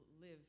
live